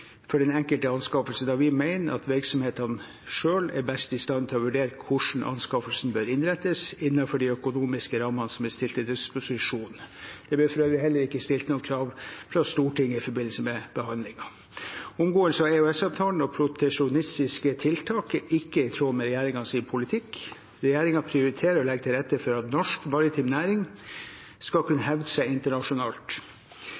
for den enkelte anskaffelse, da vi mener at virksomhetene selv er best i stand til å vurdere hvordan anskaffelsen bør innrettes innenfor de økonomiske rammene som er stilt til disposisjon. Det ble for øvrig heller ikke stilt noen krav fra Stortinget i forbindelse med behandlingen. Omgåelse av EØS-avtalen og proteksjonistiske tiltak er ikke i tråd med regjeringens politikk. Regjeringen prioriterer å legge til rette for at norsk maritim næring skal